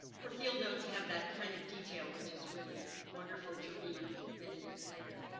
her field notes have that kind of detail which is really wonderful to read many years later.